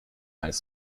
high